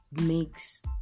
makes